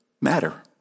Matter